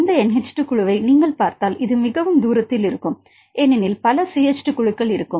இந்த NH2 குழுவை நீங்கள் பார்த்தால் இது மிகவும் தூரத்தில இருக்கும் ஏனெனில் பல CH 2 குழுக்கள் இருக்கும்